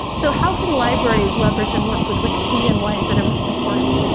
so how can libraries leverage and work with wikipedia, and why is it um important?